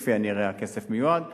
כפי הנראה, הכסף מיועד למבנים.